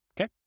okay